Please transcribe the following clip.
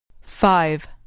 Five